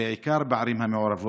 בעיקר בערים המעורבות,